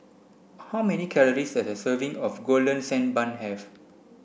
how many calories does a serving of golden sand bun have